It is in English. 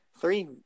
three